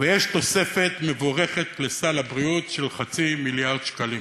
ויש תוספת מבורכת לסל הבריאות של חצי מיליארד שקלים.